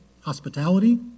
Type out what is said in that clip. hospitality